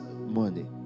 money